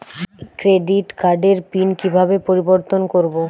Credit কার্ডের PIN কিভাবে পরিবর্তন করবো?